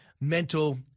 mental